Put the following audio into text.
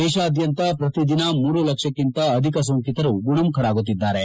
ದೇಶಾದ್ಯಂತ ಪ್ರತಿದಿನ ಮೂರು ಲಕ್ಷಕ್ಕಿಂತ ಅಧಿಕ ಸೋಂಕಿತರು ಗುಣಮುಖರಾಗುತ್ತಿದ್ದಾರೆ